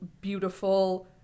beautiful